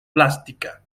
plástica